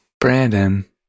Brandon